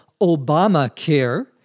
Obamacare